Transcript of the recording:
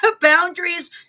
Boundaries